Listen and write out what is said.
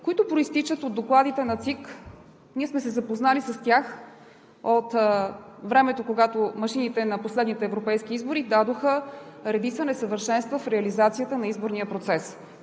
които произтичат от докладите на ЦИК. Ние сме се запознали с тях от времето, когато на последните европейски избори машините дадоха редица несъвършенства в реализацията на изборния процес.